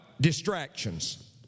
distractions